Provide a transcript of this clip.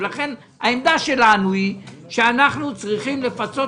לכן העמדה שלנו היא שאנחנו צריכים לפצות